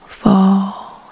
Fall